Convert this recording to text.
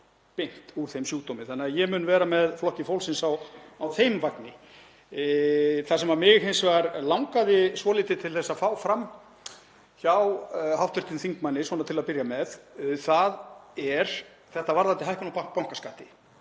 þannig að ég mun vera með Flokki fólksins á þeim vagni. Það sem mig hins vegar langaði svolítið til þess að fá fram hjá hv. þingmanni svona til að byrja með er varðandi hækkun á bankaskatti